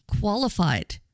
qualified